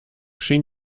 schien